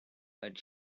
but